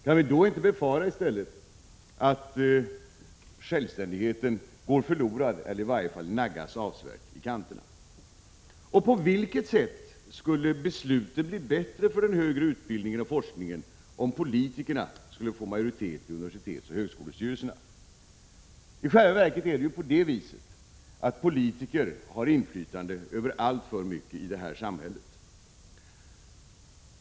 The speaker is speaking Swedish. Kan vi då inte i stället befara att självständigheten går förlorad eller i varje fall naggas avsevärt i kanterna? Och på vilket sätt skulle besluten bli bättre för den högre utbildningen och forskningen, om politikerna skulle få majoritet i universitetsoch högskolestyrelserna? I själva verket har politiker inflytande över alltför mycket i vårt samhälle.